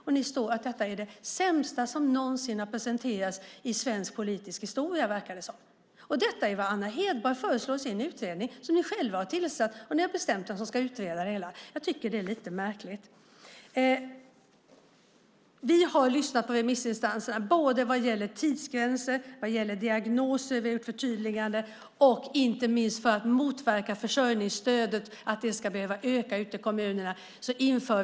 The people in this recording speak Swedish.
Men ni verkar tycka att det är det sämsta som någonsin presenterats i svensk politisk historia, trots att det är vad Anna Hedborg föreslår i en utredning som ni själva tillsatt. Det är lite märkligt. Vi har lyssnat på remissinstanserna vad gäller tidsgränser, vad gäller diagnoser - vi har gjort ett förtydligande - och inte minst vad gäller att motverka att försörjningsstödet ska behöva öka ute i kommunerna.